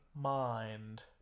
mind